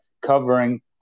covering